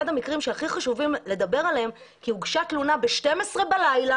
חשוב ביותר לדבר על המקרה באשדוד כי הוגשה תלונה בשתים-עשרה בלילה